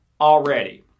already